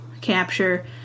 capture